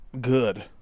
good